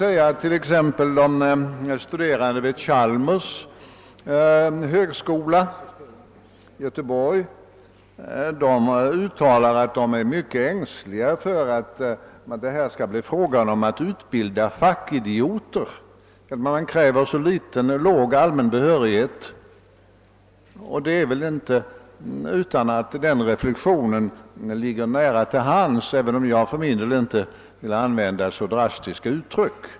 De studerande vid Chalmers tekniska högskola i Göteborg uttalar att de är mycket ängsliga för att det blir fråga om att utbilda fackidioter, om man kräver så liten allmän behörighet. Det är väl inte utan att den reflexionen ligger nära till hands, även om jag för min del inte vill använda så drastiska uttryck.